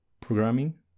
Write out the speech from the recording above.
programming